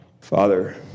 Father